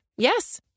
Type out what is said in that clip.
Yes